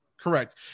Correct